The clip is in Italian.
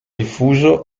diffuso